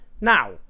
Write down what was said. Now